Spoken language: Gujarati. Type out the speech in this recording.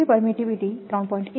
છે અને રિલેટિવ પરમીટીવીટી 3